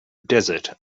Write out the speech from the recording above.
desert